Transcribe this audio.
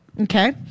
Okay